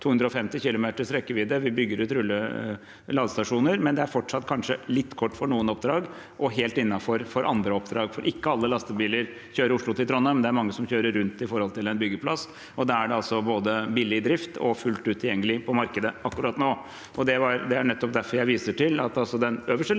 250 kilometers rekkevidde. Vi bygger ut ladestasjoner, men det er fortsatt kanskje litt kort for noen oppdrag, og helt innenfor for andre oppdrag. Ikke alle lastebiler kjører fra Oslo til Trondheim, men det er mange som kjører til en byggeplass, og da er de både billige i drift og fullt ut tilgjengelige på markedet akkurat nå. Det er nettopp derfor jeg viser til at den øverste